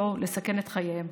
לסכן את חייהם.